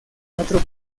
cuatro